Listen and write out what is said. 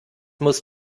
muss